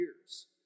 years